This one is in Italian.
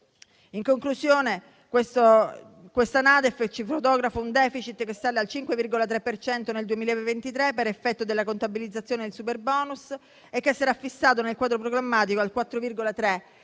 In conclusione, questa NADEF fotografa un *deficit* che sale al 5,3 per cento nel 2023 per effetto della contabilizzazione del superbonus e che sarà fissato nel quadro programmatico al 4,3